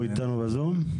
הוא איתנו בזום?